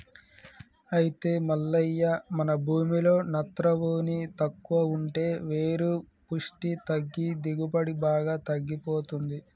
అయితే మల్లయ్య మన భూమిలో నత్రవోని తక్కువ ఉంటే వేరు పుష్టి తగ్గి దిగుబడి బాగా తగ్గిపోతుంది